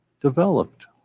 developed